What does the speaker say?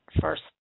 first